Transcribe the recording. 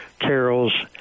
carols